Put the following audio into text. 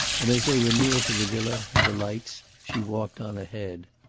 and as they were near to the villa and the lights, she walked on ahead.